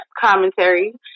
commentary